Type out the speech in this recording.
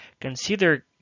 consider